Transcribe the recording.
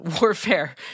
warfare